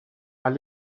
all